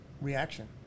reaction